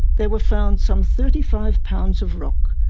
there were found some thirty five pounds of rock,